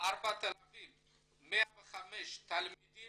4,105 תלמידי